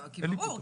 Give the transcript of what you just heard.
ברור.